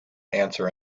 answer